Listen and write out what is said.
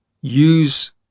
use